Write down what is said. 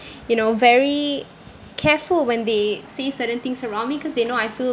you know very careful when they see certain things around me cause they know I feel